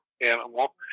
Animal